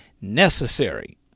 necessary